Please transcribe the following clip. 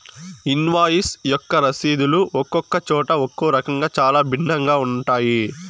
invoice యొక్క రసీదులు ఒక్కొక్క చోట ఒక్కో రకంగా చాలా భిన్నంగా ఉంటాయి